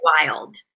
wild